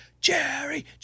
Jerry